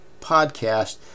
podcast